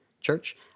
Church